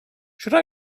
should